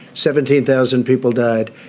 seventeen thousand people died.